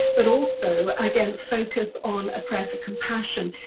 but also, again, focus on a prayer for compassion.